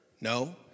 No